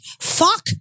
Fuck